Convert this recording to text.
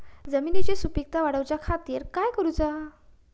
जमिनीची सुपीकता वाढवच्या खातीर काय करूचा?